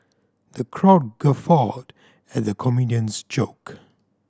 the crowd guffawed at the comedian's joke